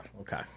Okay